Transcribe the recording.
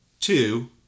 Two